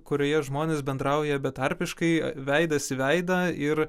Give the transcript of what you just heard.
kurioje žmonės bendrauja betarpiškai veidas į veidą ir